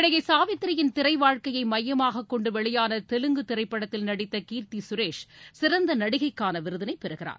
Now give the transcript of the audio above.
நடிகை சாவித்ரியின் திரை வாழ்க்கையை மையமாகக் கொண்டு வெளியான தெலுங்கு திரைப்படத்தில் நடித்த கீர்த்தி சுரேஷ் சிறந்த நடிகைக்கான விருதினை பெறுகிறார்